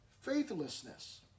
faithlessness